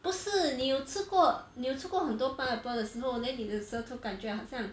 不是你有吃过你有吃过很多 pineapple 的时候 then 你的舌头感觉好像